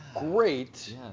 great